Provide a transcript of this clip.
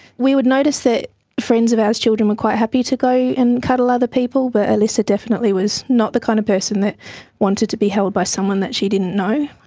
we would notice that friends of ours' children were quite happy to go and cuddle other people, but alyssa definitely was not the kind of person that wanted to be held by someone that she didn't know.